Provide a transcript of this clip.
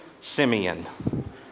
Simeon